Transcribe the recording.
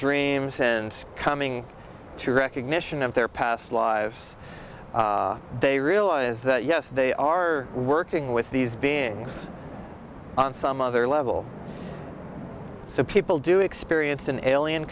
dreams since coming through recognition of their past lives they they realize that yes they are working with these beings on some other level so people do experience an alien